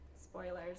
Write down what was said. spoilers